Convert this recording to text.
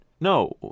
No